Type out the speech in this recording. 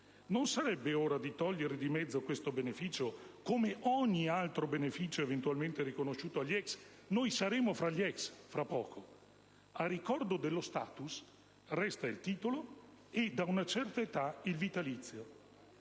Non sarebbe ora di togliere di mezzo questo beneficio, come ogni altro beneficio eventualmente riconosciuto agli ex? Ricordo che fra poco noi saremo tra gli ex. A ricordo dello *status* restano il titolo e, da una certa età, il vitalizio.